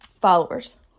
followers